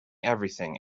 everything